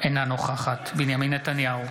אינה נוכחת בנימין נתניהו,